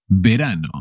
Verano